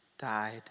died